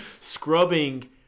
scrubbing